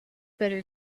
better